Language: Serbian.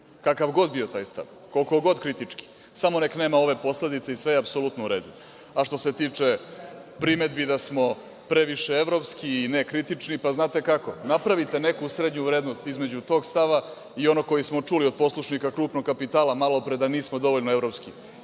kakav god bio taj stav, koliko god kritički, samo nek nema ove posledice i sve je u redu. Što se tiče primedbi da smo previše evropski i nekritički, pa znate kako, napravite neku srednju vrednost između tog stava i onog koji smo čuli od poslušnika krupnog kapitala malopre, da nismo dovoljno evropski.